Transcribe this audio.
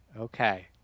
Okay